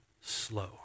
slow